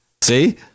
See